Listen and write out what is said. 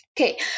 Okay